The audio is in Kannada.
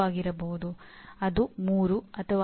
ಅವರು ಒಂದೇ ಸ್ಥಾನ ಉನ್ನತ ಶಿಕ್ಷಣ ಮತ್ತು ಉದ್ಯಮಶೀಲತೆಯನ್ನು ಬಯಸುತ್ತಾರೆ